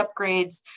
upgrades